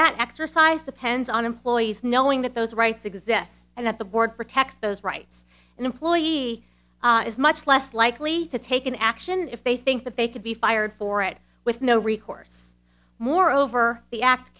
that exercise depends on employees knowing that those rights exist and that the board protects those rights an employee is much less likely to take an action if they think that they could be fired for it with no recourse moreover the act